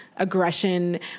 aggression